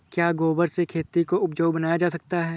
क्या गोबर से खेती को उपजाउ बनाया जा सकता है?